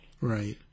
Right